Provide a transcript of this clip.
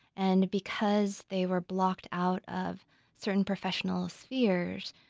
and because they were blocked out of certain professional spheres,